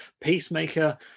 Peacemaker